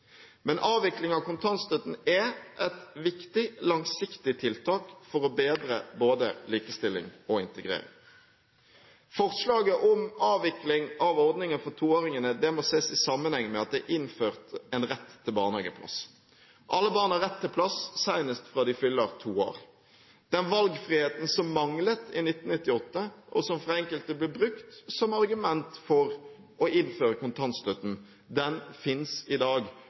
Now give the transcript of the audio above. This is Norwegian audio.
Men avvikling av kontantstøtten er et viktig, langsiktig tiltak for å bedre både likestilling og integrering. Forslaget om avvikling av ordningen for toåringene må ses i sammenheng med at det er innført en rett til barnehageplass. Alle barn har rett til plass, senest fra de fyller to år. Den valgfriheten som manglet i 1998, og som av enkelte ble brukt som argument for å innføre kontantstøtten, finnes i dag